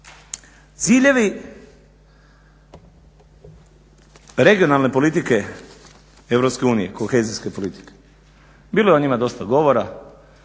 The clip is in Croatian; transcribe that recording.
Ciljevi regionalne politike Europske unije, kohezijske politike. Bilo je o njima dosta govora,